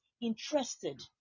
interested